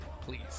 please